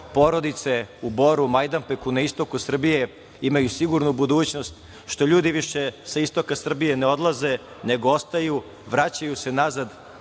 porodice u Boru, Majdanpeku na istoku Srbije imaju sigurnu budućnost, što ljudi više sa istoka Srbije ne odlaze, nego ostaju, vraćaju se